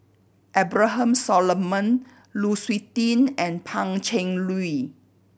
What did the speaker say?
Abraham Solomon Lu Suitin and Pan Cheng Lui